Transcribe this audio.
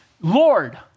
Lord